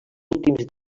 últims